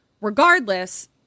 regardless